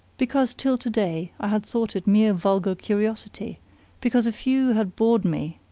because till to-day i had thought it mere vulgar curiosity because a few had bored me,